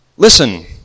Listen